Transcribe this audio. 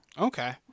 okay